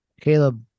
Caleb